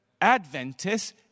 Adventist